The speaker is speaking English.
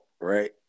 right